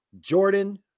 Jordan